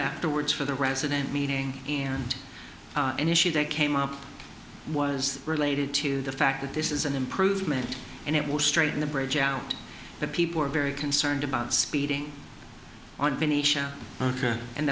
after words for the resident meeting and an issue that came up was related to the fact that this is an improvement and it will straighten the bridge out but people are very concerned about speeding on